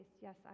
Yes